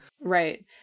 Right